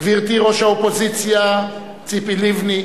גברתי ראש האופוזיציה ציפי לבני,